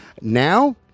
Now